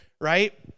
right